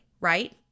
right